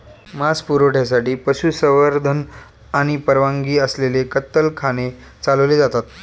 मांस पुरवठ्यासाठी पशुसंवर्धन आणि परवानगी असलेले कत्तलखाने चालवले जातात